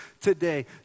today